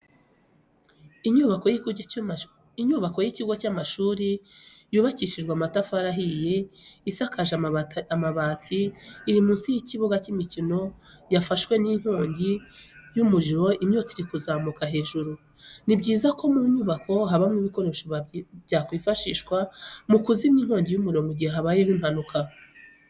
Inyubako y'ikigo cy'amashuri yubakishije amatafari ahiye isakaje amabati iri munsi y'ikibuga cy'imikino yafashwe n'inkongi y'umuriro imyotsi iri kuzamuka hejuru. Ni byiza ko mu nyubako habamo ibikoresho byakwifashisha mu kuzimya inkongi y'umuriro mu gihe habayeho impanuka.